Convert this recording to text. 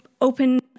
open